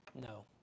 No